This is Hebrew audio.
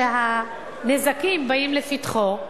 שהנזקים באים לפתחו,